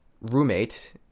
roommate